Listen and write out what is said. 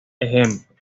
ejemplo